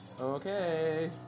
okay